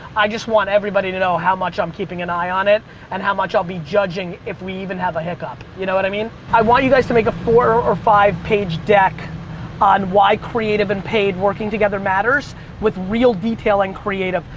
i just want everybody to know how much i'm keeping an eye on it and how much i'll be judging if we even have a hiccup. you know what i mean? i want to guys to make a four or five page deck on why creative and paid working together matters with real detail and creative.